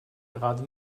gerade